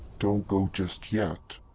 don't go just yet.